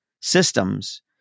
systems